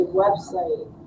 website